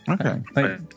Okay